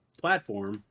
platform